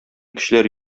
көчләр